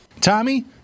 Tommy